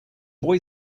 boy